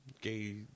gay